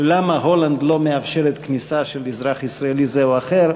למה הולנד לא מאפשרת כניסה של אזרח ישראלי זה או אחר,